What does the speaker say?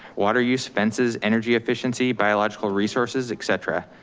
water use, fences, energy efficiency, biological resources, et cetera.